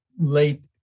late